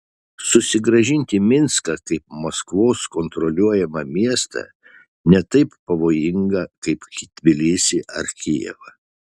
susigrąžinti minską kaip maskvos kontroliuojamą miestą ne taip pavojinga kaip tbilisį ar kijevą